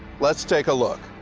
let's take a look.